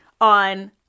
on